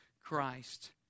Christ